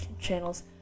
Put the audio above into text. channels